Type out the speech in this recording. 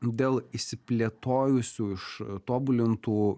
dėl isiplėtojusių iš tobulintų